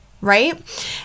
right